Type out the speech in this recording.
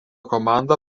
komanda